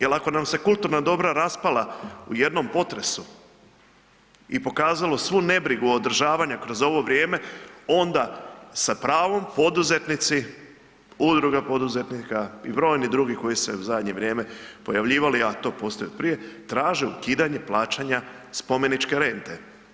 Jer ako nam se kulturna dobra raspala u jednom potresu i pokazalo svu nebrigu održavanja kroz ovo vrijeme, onda sa pravom poduzetnici, udruge poduzetnika i brojni drugi koji se u zadnje vrijeme pojavljivali, a to postoji od prije, traže ukidanje plaćanja spomeničke rente.